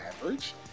average